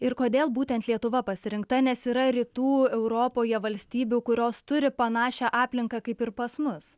ir kodėl būtent lietuva pasirinkta nes yra rytų europoje valstybių kurios turi panašią aplinką kaip ir pas mus